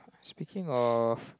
speaking of